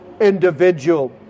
individual